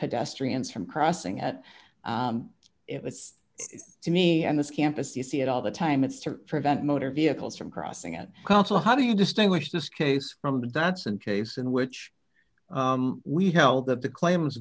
pedestrians from crossing at it was to me and this campus you see it all the time it's to prevent motor vehicles from crossing it also how do you distinguish this case from datsun case in which we held up the claims